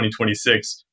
2026